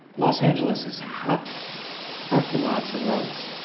los angeles is half parking lots and roads,